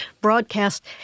broadcast